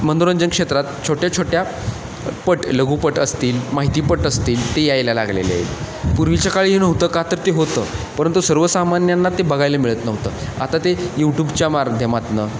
मनोरंजन क्षेत्रात छोट्या छोट्या पट लघुपट असतील माहितीपट असतील ते यायला लागलेले आहेत पूर्वीच्या काळी नव्हतं का तर ते होतं परंतु सर्वसामान्यांना ते बघायला मिळत नव्हतं आता ते यूटूबच्या माध्यमातून